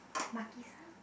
Maki-san